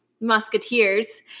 musketeers